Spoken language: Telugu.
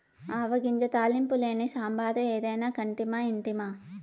ఆవ గింజ తాలింపు లేని సాంబారు ఏదైనా కంటిమా ఇంటిమా